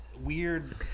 weird